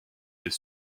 est